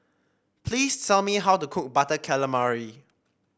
please tell me how to cook Butter Calamari